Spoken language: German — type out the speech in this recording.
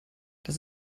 das